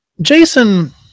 Jason